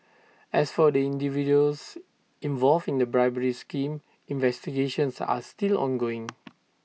as for the individuals involved in the bribery scheme investigations are still ongoing